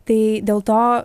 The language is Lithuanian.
tai dėl to